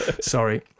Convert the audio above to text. Sorry